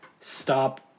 stop